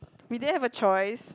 we didn't have a choice